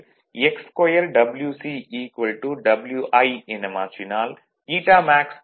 Wc Wi என மாற்றினால் ηmax x